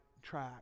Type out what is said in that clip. track